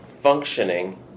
functioning